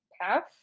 path